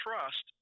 trust